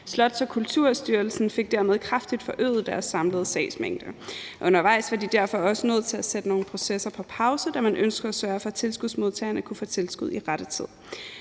Slots- og Kulturstyrelsen fik dermed kraftigt forøget deres samlede sagsmængde, og undervejs var de derfor også nødt til at sætte nogle processer på pause, da man ønskede at sørge for, at tilskudsmodtagerne kunne få tilskud i rette tid.